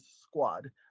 squad